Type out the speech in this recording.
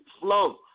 flow